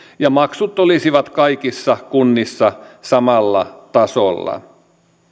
ja maksut olisivat kaikissa kunnissa samalla tasolla